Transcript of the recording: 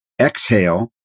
exhale